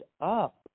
up